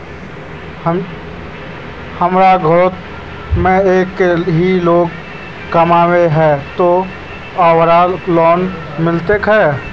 हमरा घर में एक ही लोग कमाबै है ते ओकरा लोन मिलबे सके है?